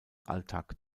alltag